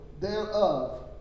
thereof